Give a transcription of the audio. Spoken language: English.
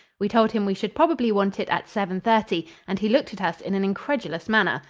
we told him we should probably want it at seven thirty, and he looked at us in an incredulous manner.